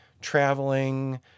traveling